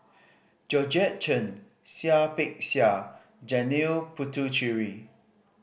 Georgette Chen Seah Peck Seah Janil Puthucheary